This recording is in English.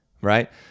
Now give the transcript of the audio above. Right